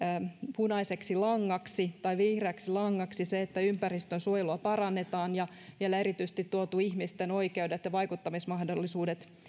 punaiseksi langaksi tai vihreäksi langaksi se että ympäristönsuojelua parannetaan ja on vielä erityisesti tuotu ihmisten oikeudet ja vaikuttamismahdollisuudet